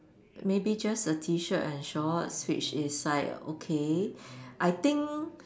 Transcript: maybe just a T-shirt and shorts which is like okay I think